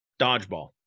dodgeball